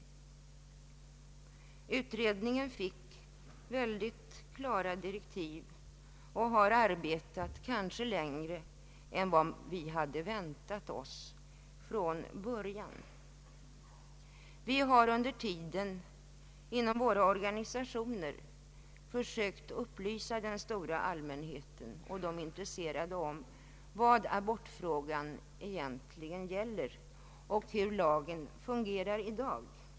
Utredningen fick mycket klara direktiv och har arbetat kanske längre än vi från början hade väntat oss. Vi har under tiden inom våra organisationer försökt upplysa den stora allmänheten och de intresserade om vad abortfrågan egentligen gäller och hur lagen fungerar i dag.